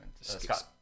scott